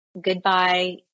goodbye